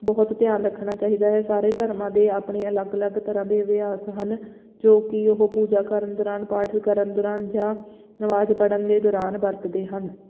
ਬਹੁਤ ਧਿਆਨ ਰੱਖਣਾ ਚਾਹੀਦਾ ਹੈ ਸਾਰੇ ਧਰਮਾਂ ਦੇ ਆਪਣੇ ਅਲੱਗ ਅਲੱਗ ਤਰ੍ਹਾਂ ਦੇ ਅਭਿਆਸ ਹਨ ਜੋ ਕਿ ਉਹ ਪੂਜਾ ਕਰਨ ਦੌਰਾਨ ਪਾਠ ਕਰਨ ਦੌਰਾਨ ਜਾਂ ਨਮਾਜ ਪੜ੍ਹਨ ਦੇ ਦੌਰਾਨ ਵਰਤਦੇ ਹਨ